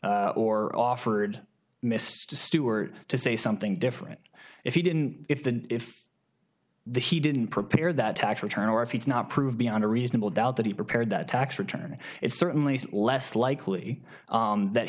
bribed or offered mr stewart to say something different if you didn't if the if the he didn't prepare that tax return or if it's not proved beyond a reasonable doubt that he prepared the tax return it's certainly less likely that